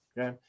Okay